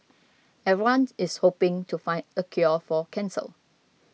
everyone is hoping to find a cure for cancer